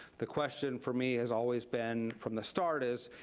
the question for me has always been from the start is,